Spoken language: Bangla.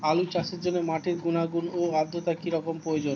আলু চাষের জন্য মাটির গুণাগুণ ও আদ্রতা কী রকম প্রয়োজন?